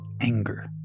anger